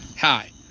hi.